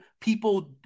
people